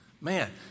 man